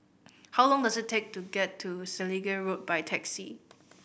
how long does it take to get to Selegie Road by taxi